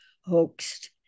hoaxed